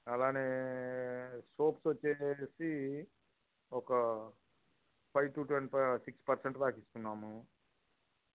అలాగే సోప్స్ వచ్చి ఒక five to twenty five six percent దాకా ఇస్తున్నాము